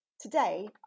Today